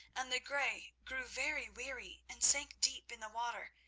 and the grey grew very weary and sank deep in the water.